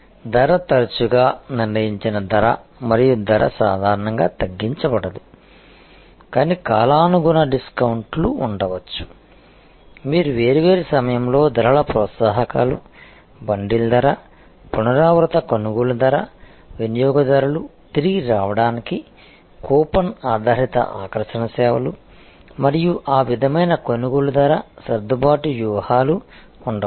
ధర తరచుగా నిర్ణయించిన ధర మరియు ధర సాధారణంగా తగ్గించబడదు కాని కాలానుగుణ డిస్కౌంట్లు ఉండవచ్చు మీరు వేర్వేరు సమయం లో ధరల ప్రోత్సాహకాలు బండిల్ ధర పునరావృత కొనుగోలు ధర వినియోగదారులు తిరిగి రావడానికి కూపన్ ఆధారిత ఆకర్షణ సేవలు మరియు ఆ విధమైన కొనుగోలు ధర సర్దుబాటు వ్యూహాలు ఉండవచ్చు